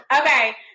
Okay